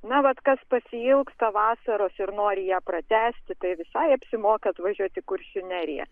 na vat kas pasiilgsta vasaros ir nori ją pratęsti tai visai apsimoka atvažiuot į kuršių neriją